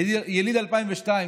יליד 2002,